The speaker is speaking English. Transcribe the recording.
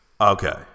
Okay